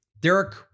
Derek